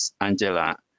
Angela